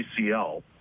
ACL